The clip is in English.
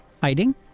hiding